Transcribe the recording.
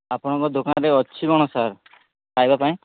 ଆପଣଙ୍କ ଦୋକାନରେ ଅଛି କ'ଣ ସାର୍ ଖାଇବା ପାଇଁ